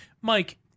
Mike